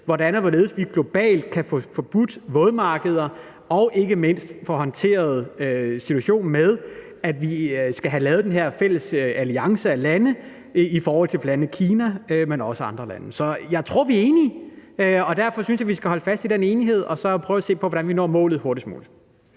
hvordan og hvorledes vi globalt kan få forbudt vådmarkeder og ikke mindst få håndteret situationen med, at vi skal have lavet den her fælles alliance af lande i forhold til bl.a. Kina, men også andre lande. Så jeg tror, vi er enige, og derfor synes jeg, at vi skal holde fast i den enighed og prøve at se på, hvordan vi når målet hurtigst muligt.